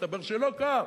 מסתבר שלא כך,